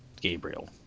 Gabriel